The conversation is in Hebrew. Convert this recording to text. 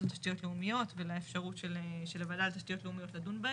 תשתיות לאומיות ולאפשרות של הוועדה לתשתיות לאומיות לדון בהם.